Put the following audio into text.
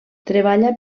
treballa